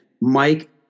Mike